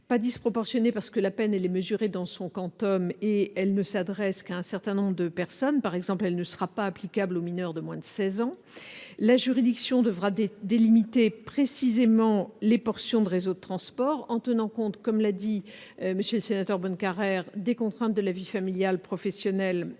ni disproportionné ni inefficace. En effet, la peine est mesurée dans son quantum et ne s'adresse qu'à un certain nombre de personnes. Par exemple, elle ne sera pas applicable aux mineurs de moins de 16 ans. Par ailleurs, la juridiction devra délimiter précisément les portions de réseaux de transport, en tenant compte, comme l'a dit M. le rapporteur, des contraintes de la vie familiale et professionnelle,